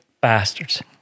bastards